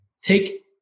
take